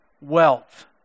wealth